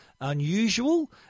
unusual